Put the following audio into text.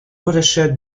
watershed